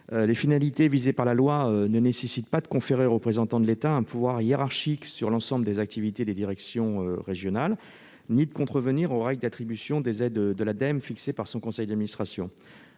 Les finalités de la loi n'exigent pas de conférer au représentant de l'État un pouvoir hiérarchique sur l'ensemble des activités des directions régionales ni de contrevenir aux règles d'attribution des aides de l'Ademe fixées par le conseil d'administration